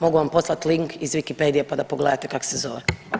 Mogu vam poslati link iz Wikipedije pa da pogledate kako se zove.